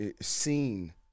seen